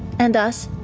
and us.